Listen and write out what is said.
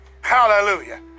Hallelujah